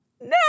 No